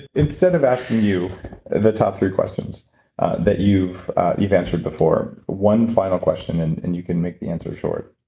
instead of asking you the top three questions that you've you've answered before, one final question and and you can make the answer short,